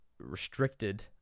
restricted